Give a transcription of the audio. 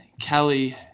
Kelly